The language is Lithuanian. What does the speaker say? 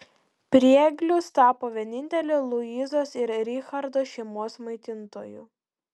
prieglius tapo vieninteliu luizos ir richardo šeimos maitintoju